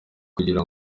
kugira